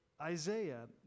Isaiah